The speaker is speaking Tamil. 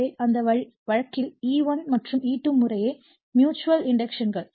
எனவே அந்த வழக்கில் E1 மற்றும் E2 முறையே ம்யூச்சுவல் இண்டக்டன்ஸ்கள்